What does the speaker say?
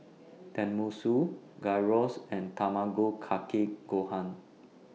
Tenmusu Gyros and Tamago Kake Gohan